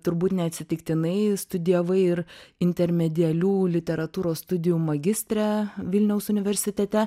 turbūt neatsitiktinai studijavai ir intermedialių literatūros studijų magistrė vilniaus universitete